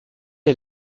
est